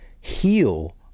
heal